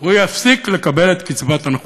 הוא יפסיק לקבל את קצבת הנכות.